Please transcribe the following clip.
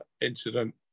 incident